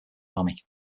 army